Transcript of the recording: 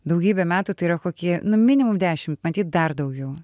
daugybę metų tai yra koki nu minimum dešim matyt dar daugiau